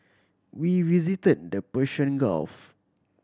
we visited the Persian Gulf